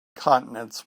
continents